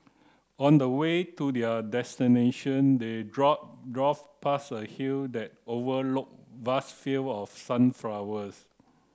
on the way to their destination they drove drove past a hill that overlook vast field of sunflowers